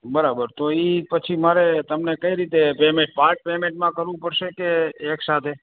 બરાબર તો એ પછી મારે તમને કઈ રીતે પેમેન્ટ પાર્ટ પેમેન્ટમાં કરવું પડશે કે એકસાથે